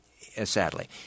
sadly